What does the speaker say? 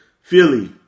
Philly